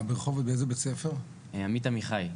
בבית ספר עמית עמיחי.